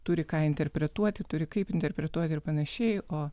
turi ką interpretuoti turi kaip interpretuoti ir panašiai o